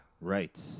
Right